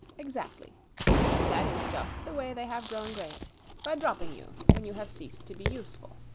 exactly and that is just the way they have grown great by dropping you when you have ceased to be useful.